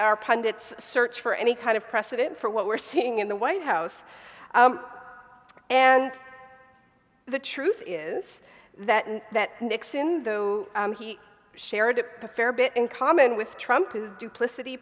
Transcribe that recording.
our pundits search for any kind of precedent for what we're seeing in the white house and the truth is that that nixon though he shared a fair bit in common with trump his duplicit